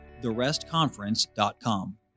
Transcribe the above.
therestconference.com